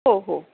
हो हो